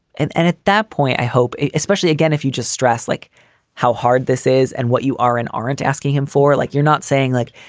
and and at that point, i hope especially again, if you just stress like how hard this is and what you are and aren't asking him for, like you're not saying like,